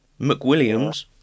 McWilliams